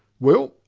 well,